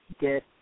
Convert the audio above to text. get